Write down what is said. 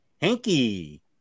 Hanky